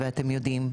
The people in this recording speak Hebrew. ואתם יודעים,